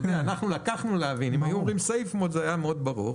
אם היו אומרים safe mode זה היה מאוד ברור,